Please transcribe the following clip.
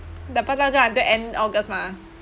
the part time job until end august mah